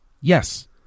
yes